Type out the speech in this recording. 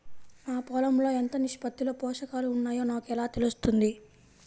నా పొలం లో ఎంత నిష్పత్తిలో పోషకాలు వున్నాయో నాకు ఎలా తెలుస్తుంది?